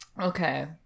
okay